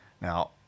Now